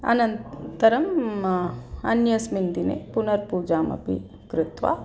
अनन्तरम् अन्यस्मिन् दिने पुनर्पूजामपि कृत्वा